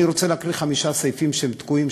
אני רוצה להקריא חמישה סעיפים שתקועים,